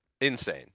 insane